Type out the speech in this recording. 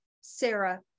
Sarah